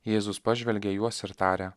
jėzus pažvelgė į juos ir tarė